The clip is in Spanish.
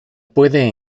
puede